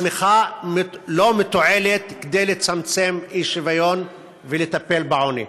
הצמיחה לא מתועלת לצמצום אי-שוויון ולטיפול בעוני.